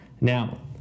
Now